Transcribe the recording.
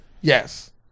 Yes